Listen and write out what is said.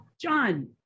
John